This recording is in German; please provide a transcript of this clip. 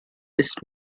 ist